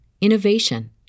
innovation